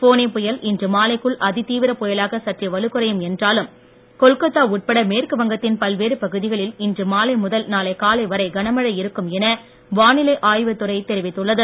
ஃபானி புயல் இன்று மாலைக்குள் அதிதீவிரப் புயலாக சற்றே வலுக்குறையும் என்றாலும் கொல்கொத்தா உட்பட மேற்குவங்கத்தின் பல்வேறு பகுதிகளில் இன்று மாலை முதல் நாளை காலைன வரை கனமழை இருக்கும் என வானிலை ஆய்வுத் துறை தெரிவித்துள்ளது